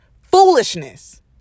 Foolishness